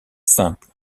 simple